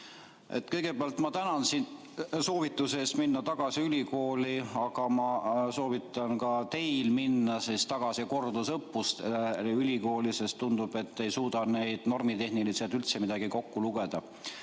Kõigepealt ma tänan sind soovituse eest minna tagasi ülikooli, aga ma soovitan ka teil minna tagasi kordusõppustele ülikooli, sest tundub, et te ei suuda normitehniliselt üldse midagi kokku lugeda.